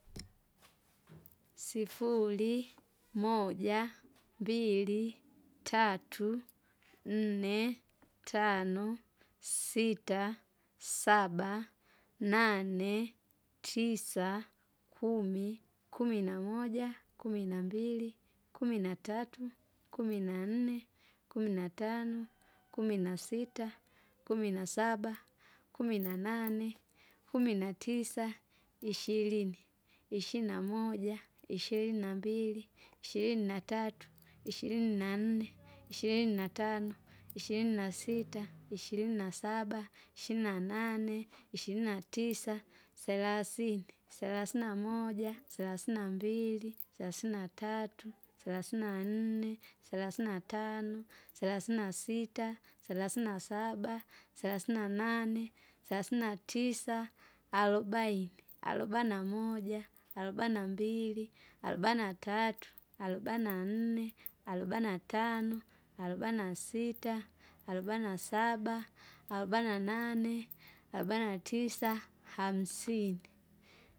sifuri, moja, mbili, tatu, nne, tano, sita, saba, nane, tisa, kumi, kumi namoja, kumi nambili, kumi natatu, kumi na nne, kumi natano, kumi nasita, kumi nasaba, kumi nanane, kumi natisa, ishirini, ishina moja, isherini nambili, ishirini natatu, ishirini nanne, ishirini natano, ishirini nasita, ishirini nasaba, ishina nane, ishirina tisa, salasini, salasina moja, salasina mbili, salasina tatu, salasina nne, salasini natano, salasini nasta, salasini nasaba, salasini nanane, salasini natisa, arobaini, arobana moja, arobana mbili, arobana tatu, arobana nne, arobanatano, arobana sita, aroban saba, arobana nane, arobana tisa, hamsini.